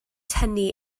tynnu